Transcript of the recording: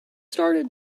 started